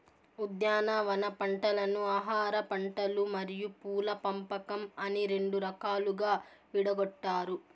ఉద్యానవన పంటలను ఆహారపంటలు మరియు పూల పంపకం అని రెండు రకాలుగా విడగొట్టారు